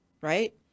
right